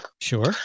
sure